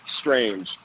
strange